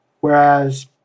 whereas